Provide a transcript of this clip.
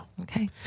Okay